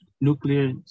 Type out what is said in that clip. nuclear